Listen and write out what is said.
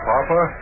Papa